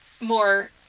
more